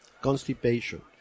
constipation